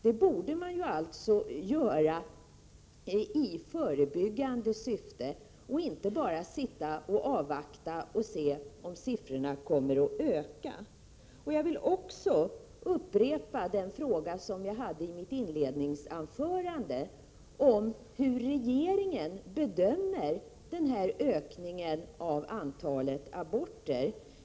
Detta borde man genomföra i förebyggande syfte — inte bara sitta och avvakta och se om antalet aborter kommer att öka. Jag vill upprepa den fråga som jag ställde i mitt inledningsanförande om hur regeringen bedömer ökningen av antalet aborter.